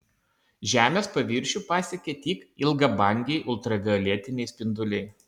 žemės paviršių pasiekia tik ilgabangiai ultravioletiniai spinduliai